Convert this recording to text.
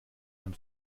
man